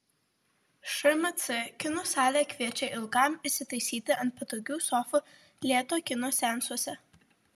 šmc kino salė kviečia ilgam įsitaisyti ant patogių sofų lėto kino seansuose